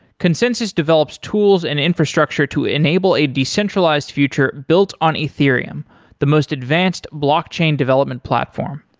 consensys develops tools and infrastructure to enable a decentralized future built on ethereum the most advanced blockchain development platform.